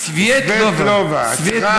סבט זה אור.